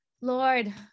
Lord